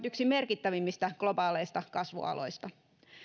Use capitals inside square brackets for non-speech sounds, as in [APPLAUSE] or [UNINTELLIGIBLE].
[UNINTELLIGIBLE] yksi merkittävimmistä globaaleista kasvualoista